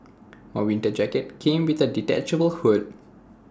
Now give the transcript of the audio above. my winter jacket came with A detachable hood